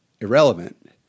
irrelevant